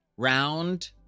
Round